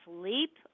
sleep